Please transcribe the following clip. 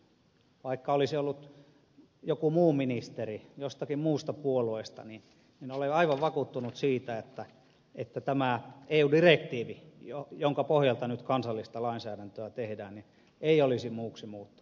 vaikka olisi ollut joku muu ministeri jostakin muusta puolueesta niin olen aivan vakuuttunut siitä että tämä eu direktiivi jonka pohjalta nyt kansallista lainsäädäntöä tehdään ei olisi muuksi muuttunut